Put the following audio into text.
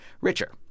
richer